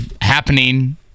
happening